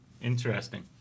Interesting